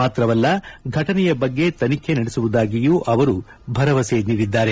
ಮಾತ್ರವಲ್ಲ ಫಟನೆಯ ಬಗ್ಗೆ ತನಿಖೆ ನಡೆಸುವುದಾಗಿಯೂ ಅವರು ಭರವಸೆ ನೀಡಿದ್ದಾರೆ